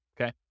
okay